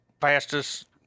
fastest